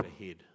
ahead